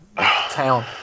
town